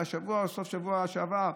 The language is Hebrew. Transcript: השבוע או בסוף השבוע שעבר,